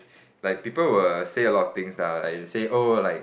like people will say a lot of things lah like say oh like